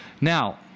Now